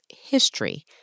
history